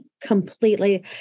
completely